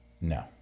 no